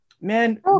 Man